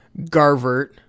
Garvert